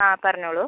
ആ പറഞ്ഞോളൂ